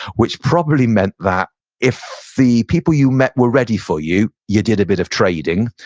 which probably meant that if the people you met were ready for you, you did a bit of trading.